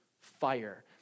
fire